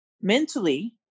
mentally